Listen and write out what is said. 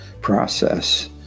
process